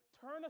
turn